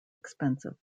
expensive